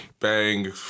Bang